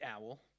owl